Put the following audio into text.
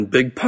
Big